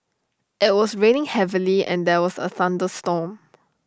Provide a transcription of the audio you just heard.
IT was raining heavily and there was A thunderstorm